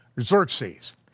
Xerxes